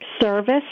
service